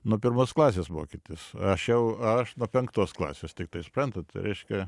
nuo pirmos klasės mokytis aš jau aš nuo penktos klasės tiktai suprantat reiškia